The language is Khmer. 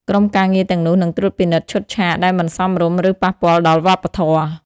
ក្រុមការងារទាំងនោះនឹងត្រួតពិនិត្យឈុតឆាកដែលមិនសមរម្យឬប៉ះពាល់ដល់វប្បធម៌។